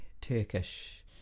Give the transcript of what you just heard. Turkish